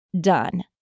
done